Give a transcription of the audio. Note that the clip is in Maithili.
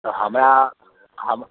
हमरा हम